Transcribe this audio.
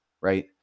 right